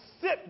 sit